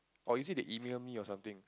or is it they email me or something